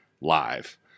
live